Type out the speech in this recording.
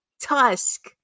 Tusk